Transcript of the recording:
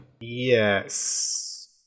Yes